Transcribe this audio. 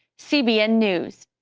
cbn news.